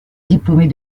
diplômée